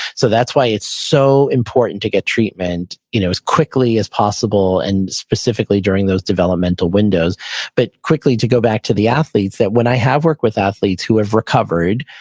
so that's why it's so important to get treatment you know as quickly as possible, and specifically during those developmental windows but quickly to go back to the athletes that when i have worked with athletes who have recovered,